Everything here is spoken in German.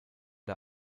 der